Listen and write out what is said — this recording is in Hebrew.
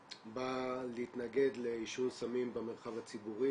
שבאה להתנגד לעישון סמים במרחב הציבורי,